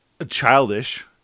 childish